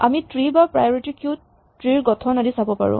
আমি ট্ৰী বা priority queue ত ট্ৰী ৰ গঠন আদি চাব পাৰোঁ